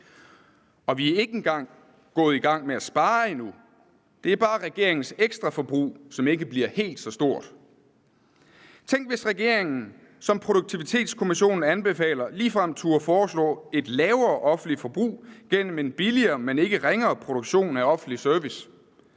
Og vi er ikke engang gået i gang med at spare endnu; det er bare regeringens ekstra forbrug, der ikke bliver helt så stort. Kl. 14:58 Tænk, hvis regeringen, som Produktivitetskommissionen anbefaler, ligefrem turde foreslå et lavere offentligt forbrug gennem en billigere, men ikke ringere produktion af offentlig service.